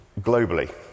globally